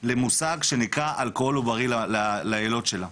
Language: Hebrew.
למושג שנקרא, אלכוהול עוברי לילוד שלה.